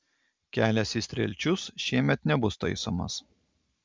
kelias į strielčius šiemet nebus taisomas